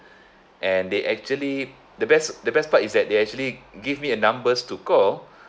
and they actually the best the best part is that they actually give me a numbers to call